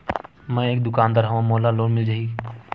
मै एक दुकानदार हवय मोला लोन मिल जाही?